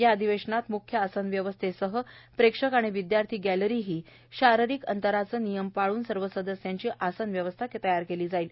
या अधिवेशनात म्ख्य आसन व्यवस्थेसह प्रेक्षक आणि विदयार्थी गॅलरीही शारीरिक अंतराचे नियम पाळून सर्व सदस्यांची आसन व्यवस्था तयार केली जाणार आहे